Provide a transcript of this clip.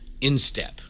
instep